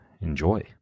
Enjoy